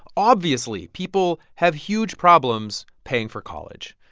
obviously, people have huge problems paying for college.